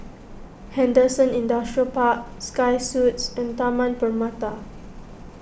Henderson Industrial Park Sky Suites and Taman Permata